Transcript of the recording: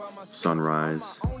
sunrise